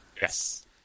Yes